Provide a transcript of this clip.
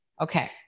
Okay